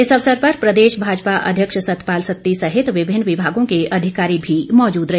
इस अवसर पर प्रदेश भाजपा अध्यक्ष सतपाल सत्ती सहित विभिन्न विभागों के अधिकारी भी मौजूद रहे